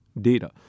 data